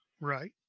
Right